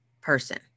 person